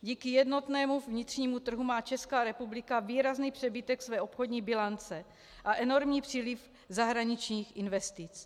Díky jednotnému vnitřnímu trhu má Česká republika výrazný přebytek své obchodní bilance a enormní příliv zahraničních investic.